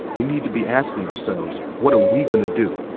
we need to be asking ourselves. what are we going to do?